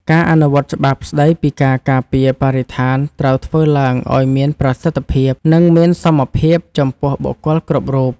ការអនុវត្តច្បាប់ស្តីពីការការពារបរិស្ថានត្រូវធ្វើឡើងឱ្យមានប្រសិទ្ធភាព និងមានសមភាពចំពោះបុគ្គលគ្រប់រូប។